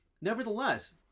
nevertheless